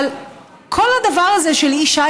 אבל כל הדבר הזה של אישה,